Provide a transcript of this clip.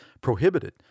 prohibited